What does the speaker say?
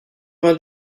vingt